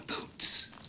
boots